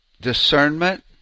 discernment